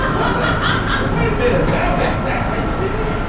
um ah um ah wait a minute now, that's that's how you see me.